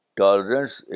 tolerance